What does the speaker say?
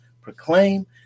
proclaim